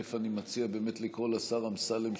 אץ אני מציע באמת לקרוא לשר אמסלם,